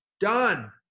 done